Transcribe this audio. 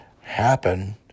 happen